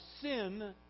sin